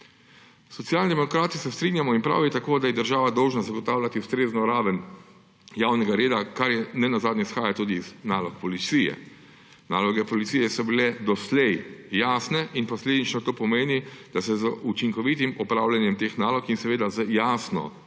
Socialni demokrati se strinjamo, in prav je tako, da je država dolžna zagotavljati ustrezno raven javnega reda, kar nenazadnje izhaja tudi iz nalog policije. Naloge policije so bile doslej jasne in posledično to pomeni, da se z učinkovitim opravljanjem teh nalog in seveda z jasno